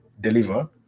deliver